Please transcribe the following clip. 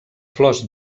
flors